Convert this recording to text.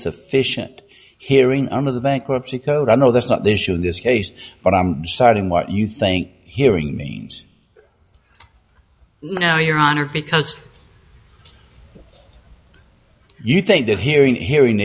sufficient hearing arm of the bankruptcy code i know that's not the issue in this case but i'm sorry i'm what you think hearing me now your honor because you think that hearing hearing